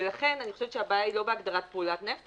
ולכן אני חושבת שהבעיה היא לא בהגדרת פעולת נפט,